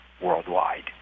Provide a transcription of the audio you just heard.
worldwide